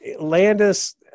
Landis